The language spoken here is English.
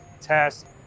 test